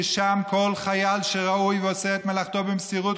ששם כל חייל שראוי ועושה את מלאכתו במסירות,